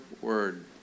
word